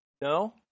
No